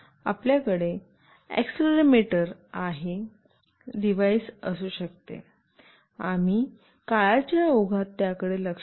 आपल्याकडे अक्सेलोरेमीटर सारखे डिव्हाइस असू शकते आम्ही काळाच्या ओघात त्याकडे लक्ष देतो